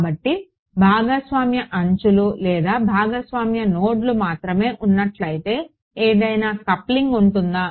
కాబట్టి భాగస్వామ్య అంచులు లేదా భాగస్వామ్య నోడ్లు మాత్రమే ఉన్నట్లయితే ఏదైనా కప్లింగ్ ఉంటుందా